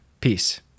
peace